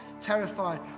terrified